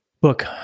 book